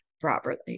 properly